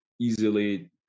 easily